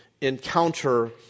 encounter